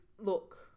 look